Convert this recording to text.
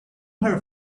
her